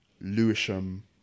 Lewisham